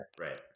Right